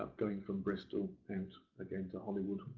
um going from bristol, and again, to hollywood,